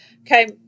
okay